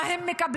מה הם מקבלים?